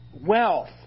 wealth